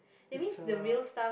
it's a